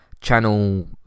channel